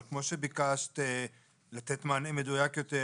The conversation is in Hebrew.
אבל כמו שביקשת לתת מענה מדויק יותר